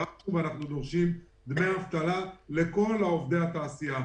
אנחנו דורשים דמי אבטלה לכל עובדי התעשייה,